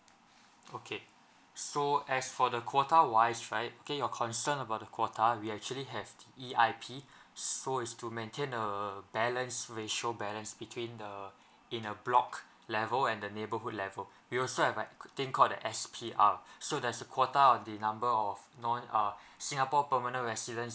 okay so as for the quota wise right okay your concern about the quota we actually have E_I_P so as to maintain the balanced ratio balance between err in a block level and the neighbourhood level we also have a thing called the S_P_R so there's a quota on the number of non err singapore permanent resident